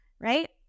Right